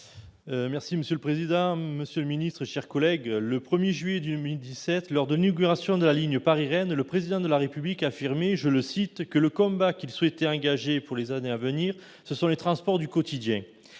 Monsieur le président, monsieur le secrétaire d'État, mes chers collègues, le 1 juillet 2017, lors de l'inauguration de la ligne Paris-Rennes, le Président de la République affirmait :« Le combat que je souhaite engager pour les années à venir, ce sont les transports du quotidien